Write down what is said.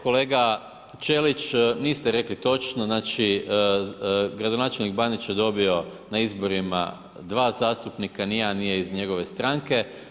Kolega Ćelić, niste rekli točno, znači gradonačelnik je dobio na izborima dva zastupnika, ni jedan nije iz njegove stranke.